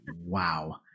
wow